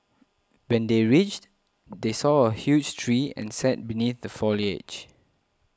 when they reached they saw a huge tree and sat beneath the foliage